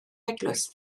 eglwys